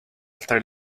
oltre